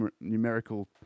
numerical